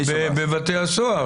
בבתי הסוהר.